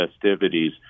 festivities